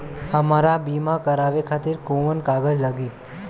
हमरा बीमा करावे खातिर कोवन कागज लागी?